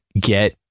get